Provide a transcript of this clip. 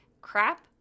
crap